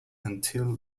until